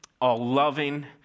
all-loving